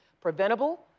preventable